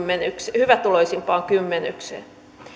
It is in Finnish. hyvätuloisimpaan kymmenykseen